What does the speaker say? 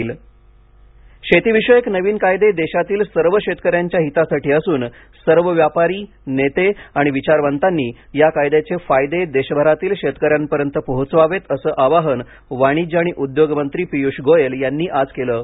गोयल शेती कायदे शेती विषयक नवीन कायदे देशातील सर्व शेतक यांच्या हितासाठी असून सर्व व्यापारी नेते आणि विचारवंतांनी या कायद्याचे फायदे देशभरातील शेतकऱ्यांपर्यंत पोहोचवावेत असं आवाहन वाणिज्य आणि उद्योग मंत्री पीयूष गोयल यांनी आज केले आहे